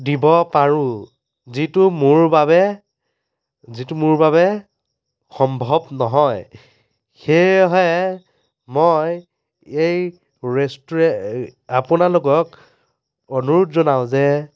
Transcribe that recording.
দিব পাৰো যিটো মোৰ বাবে যিটো মোৰ বাবে সম্ভৱ নহয় সেয়েহে মই এই ৰেষ্টোৰে আপোনালোকক অনুৰোধ জনাও যে